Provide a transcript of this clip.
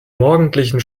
morgendlichen